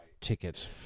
ticket